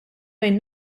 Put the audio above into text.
bejn